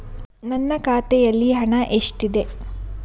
ನನ್ನ ಖಾತೆಯಲ್ಲಿ ಹಣ ಎಷ್ಟಿದೆ?